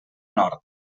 nord